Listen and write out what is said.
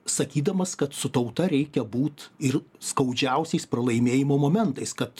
sakydamas kad su tauta reikia būt ir skaudžiausiais pralaimėjimo momentais kad